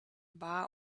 bar